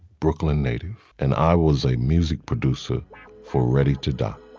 brooklyn native and i was a music producer for ready to die